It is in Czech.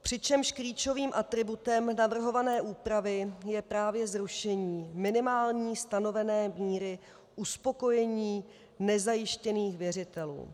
Přičemž klíčovým atributem navrhované úpravy je právě zrušení minimální stanovené míry uspokojení nezajištěných věřitelů.